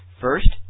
first